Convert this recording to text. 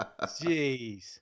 Jeez